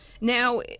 Now